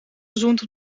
gezoend